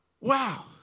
Wow